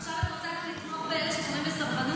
עכשיו את רוצה גם לתמוך באלה שתומכים בסרבנות?